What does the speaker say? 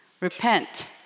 repent